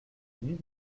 nuit